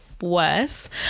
worse